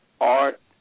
Art